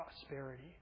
prosperity